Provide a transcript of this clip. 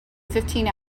fifteen